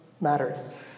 matters